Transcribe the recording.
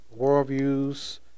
worldviews